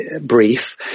brief